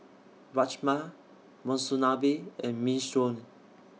Rajma Monsunabe and Minestrone